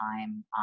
time